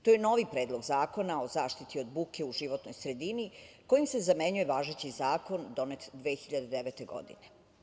To je novi Predlog zakona o zaštiti od buke u životnoj sredini, kojim se zamenjuje važeći Zakon, donet 2009. godine.